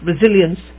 resilience